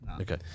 Okay